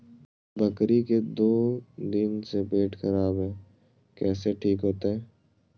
बकरी के दू दिन से पेट खराब है, कैसे ठीक होतैय?